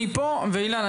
אילן,